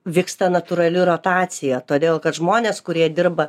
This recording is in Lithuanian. vyksta natūrali rotacija todėl kad žmonės kurie dirba